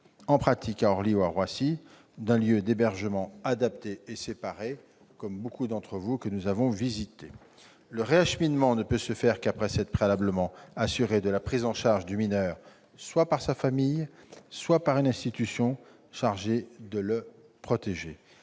en pratique, à Orly ou à Roissy, d'un lieu d'hébergement adapté et séparé, que, comme beaucoup d'entre vous, mes chers collègues, nous avons visité. Enfin, le réacheminement ne peut se faire qu'après s'être préalablement assuré de la prise en charge du mineur, soit par sa famille, soit par une institution chargée de le protéger.